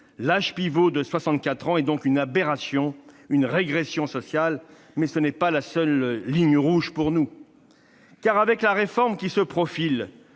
l'âge pivot à 64 ans est donc une aberration, une régression sociale ! Mais ce n'est pas la seule ligne rouge pour nous. Avec la réforme qui se profile,